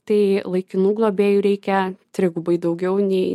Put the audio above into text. tai laikinų globėjų reikia trigubai daugiau nei